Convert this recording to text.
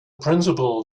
principle